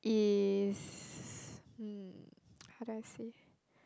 is um how do I say